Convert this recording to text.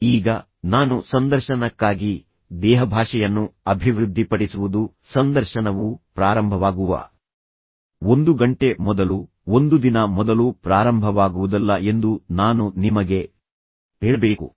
ಈಗ ನಾನು ಸಂದರ್ಶನಕ್ಕಾಗಿ ದೇಹಭಾಷೆಯನ್ನು ಅಭಿವೃದ್ಧಿಪಡಿಸುವುದು ಸಂದರ್ಶನವು ಪ್ರಾರಂಭವಾಗುವ ಒಂದು ಗಂಟೆ ಮೊದಲು ಒಂದು ದಿನ ಮೊದಲು ಪ್ರಾರಂಭವಾಗುವುದಲ್ಲ ಎಂದು ನಾನು ನಿಮಗೆ ಹೇಳಬೇಕು